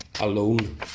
alone